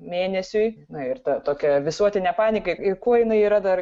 mėnesiui na ir ta tokia visuotinė panika ir kuo jinai yra dar